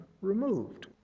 removed